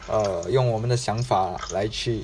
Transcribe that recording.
err 用我们的想法来去